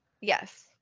Yes